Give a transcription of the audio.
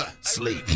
Sleep